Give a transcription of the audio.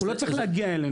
הוא לא צריך להגיע אלינו.